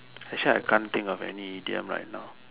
actually I can't think of any idioms right now